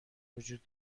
وجود